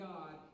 God